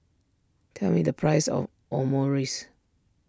tell me the price of Omurice